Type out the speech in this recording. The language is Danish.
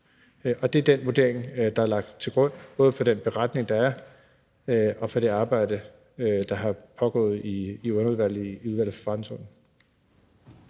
Og det er den vurdering, der er lagt til grund for både beslutningsforslaget og for det arbejde, der har pågået i Udvalget for